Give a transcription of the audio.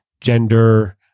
gender